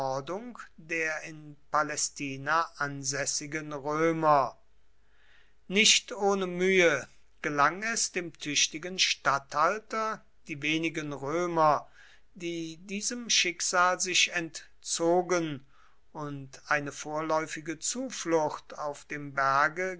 der in palästina ansässigen römer nicht ohne mühe gelang es dem tüchtigen statthalter die wenigen römer die diesem schicksal sich entzogen und eine vorläufige zuflucht auf dem berge